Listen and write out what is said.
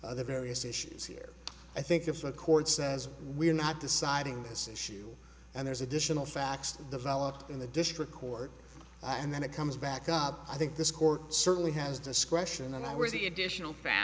other various issues here i think if the court says we're not deciding this issue and there's additional facts developed in the district court and then it comes back up i think this court certainly has discretion and i was the additional fa